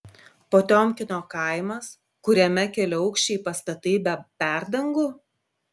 potiomkino kaimas kuriame keliaaukščiai pastatai be perdangų